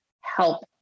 help